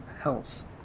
health